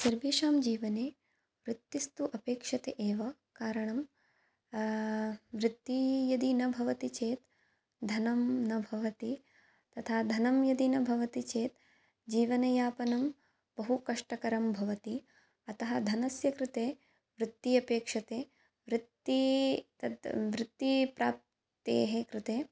सर्वेषां जीवने वृत्तिस्तु अपेक्ष्यते एव कारणं वृत्तिः यदि न भवति चेत् धनं न भवति तथा धनं यदि न भवति चेत् जीवनयापनं बहुकष्टकरं भवति अतः धनस्य कृते वृत्तिः अपेक्ष्यते वृत्तिः तत् वृत्तिप्राप्तेः कृते